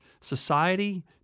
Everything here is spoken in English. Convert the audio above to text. society